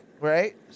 right